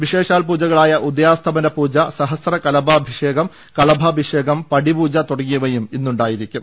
വിശേഷാൽ പുജകളായി ഉദ്യാസ്തമനപൂജ സഹസ്രകലശാഭിഷേകം കളഭാഭിഷേകം പടിപൂജ തുടങ്ങിയവയും ഇന്നുണ്ടായിരിക്കും